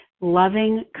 loving